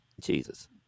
Jesus